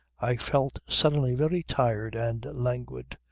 i felt suddenly very tired and languid.